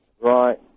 Right